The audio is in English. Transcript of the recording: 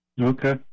okay